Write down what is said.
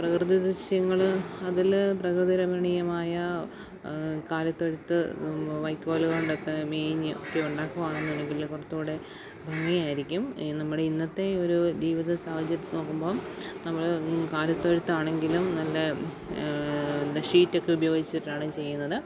പ്രകൃതി ദൃശ്യങ്ങള് അതില് പ്രകൃതി രമണീയമായ കാലിത്തൊഴുത്ത് വൈക്കോല് കൊണ്ടൊക്കെ മേഞ്ഞ് ഒക്കെയൊണ്ടാക്കുവാണെന്നുണ്ടെങ്കില് കുറച്ചുകൂടെ ഭംഗിയായിരിക്കും നമ്മുടെ ഇന്നത്തെ ഒരു ജീവിത സാഹചര്യം നോക്കുമ്പോള് നമ്മള് കാലിത്തൊഴുത്താണെങ്കിലും നല്ല ഷീറ്റൊക്കെ ഉപയോഗിച്ചിട്ടാണ് ചെയ്യുന്നത്